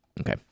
Okay